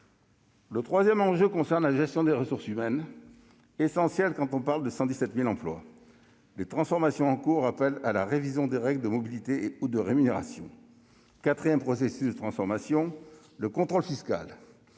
Le troisième enjeu concerne la gestion des ressources humaines, essentielle quand on parle de 117 000 emplois. Les transformations en cours appellent à la révision des règles de mobilité ou de rémunération. Enfin, le contrôle fiscal